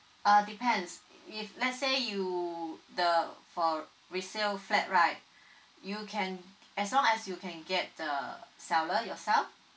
uh depends if let's say you the for resale flat right you can as long as you can get the seller yourself